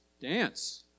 dance